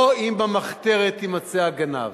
לא אם במחתרת יימצא הגנב.